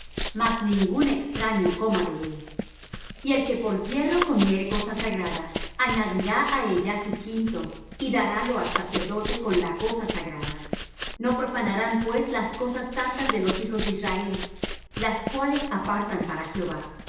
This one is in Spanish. mas ningún extraño coma de él y el que por yerro comiere cosa sagrada añadirá á ella su quinto y darálo al sacerdote con la cosa sagrada no profanarán pues las cosas santas de los hijos de israel las cuales apartan para jehová